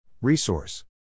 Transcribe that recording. Resource